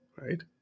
right